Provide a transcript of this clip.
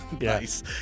Nice